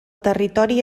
territori